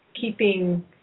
keeping